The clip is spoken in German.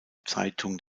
zeitung